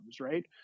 right